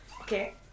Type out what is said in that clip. okay